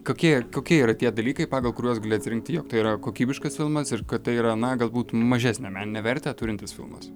kokie kokie yra tie dalykai pagal kuriuos gali atsirinkti jog tai yra kokybiškas filmas ir kad tai yra na galbūt mažesnę meninę vertę turintis filmas